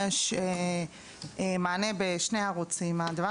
יש מענה בשני ערוצים: אחד,